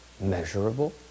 Measurable